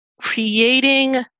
creating